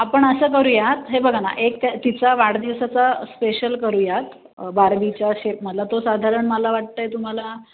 आपण असं करूयात हे बघा ना एक त्या तिचा वाढदिवसाचा स्पेशल करूयात बारबीचा शेप मला तो साधारण मला वाटत आहे तुम्हाला